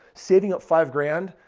saving up five grand.